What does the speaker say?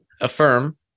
affirm